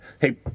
Hey